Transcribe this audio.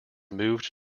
moved